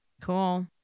cool